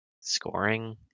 scoring